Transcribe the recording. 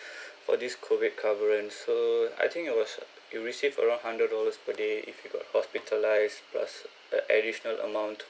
for this COVID cover and so I think it was uh you receive around hundred dollars per day if you got hospitalised plus the additional amount